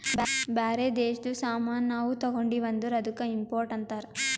ಬ್ಯಾರೆ ದೇಶದು ಸಾಮಾನ್ ನಾವು ತಗೊಂಡಿವ್ ಅಂದುರ್ ಅದ್ದುಕ ಇಂಪೋರ್ಟ್ ಅಂತಾರ್